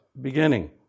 beginning